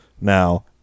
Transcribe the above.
now